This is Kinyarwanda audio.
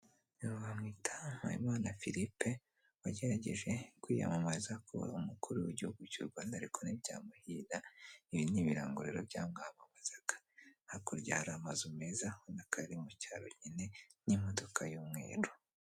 Uyu bamwita Muhayimana Philippe wagerageje kwiyamamariza kuba umukuru w'igihugu cy'u Rwanda ariko ntibyamuhira, ibi ni ibirango rero byamwamamazaga. Hakurya hari amazu meza urabona ko ari mu cyaro nyine n'imodoka y'umweru.